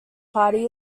party